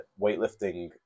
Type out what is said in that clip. weightlifting